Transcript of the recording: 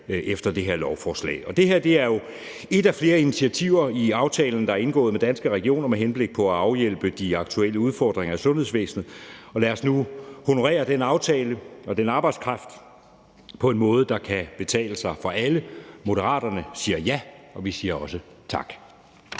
efter det her lovforslag. Det her er jo et af flere initiativer i aftalen, der er indgået med Danske Regioner med henblik på at afhjælpe de aktuelle udfordringer i sundhedsvæsenet, og lad os nu honorere den aftale og den arbejdskraft på en måde, der kan betale sig for alle. Moderaterne siger ja, og vi siger også tak.